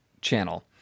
channel